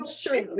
sure